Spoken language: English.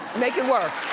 make it work.